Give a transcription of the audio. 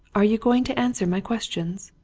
are you going to answer my questions?